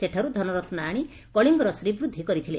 ସେଠାରୁ ଧନରତ୍ ଆଶି କଳିଙ୍ଗର ଶ୍ରୀବୃଦ୍ଧି କରିଥିଲେ